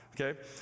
Okay